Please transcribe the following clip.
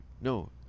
No